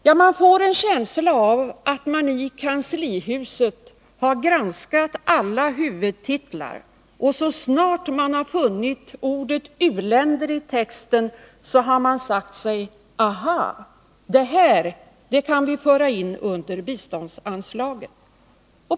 Jag får en känsla av att man i kanslihuset har granskat alla huvudtitlar och så snart man funnit ordet u-länder i texten har man sagt sig: Aha, det här kan vi föra in under biståndsanslaget!